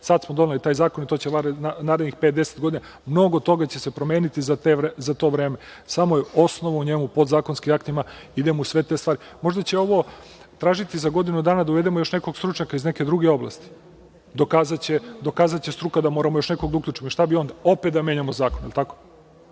sada smo doneli ovaj zakon i to će narednih 5-10 godina, mnogo toga će se promeniti za to vreme. Samo je osnov u njemu podzakonskim aktima. Možda će ovo tražiti za godinu dana da uvedemo još nekog stručnjaka iz neke druge oblasti. Dokazaće struka da moramo još nekog da uključimo i šta bi onda, opet da menjamo zakon? Opet da